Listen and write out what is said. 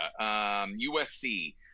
USC